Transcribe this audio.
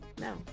no